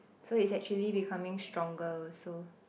so it's actually becoming stronger also